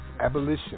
Abolition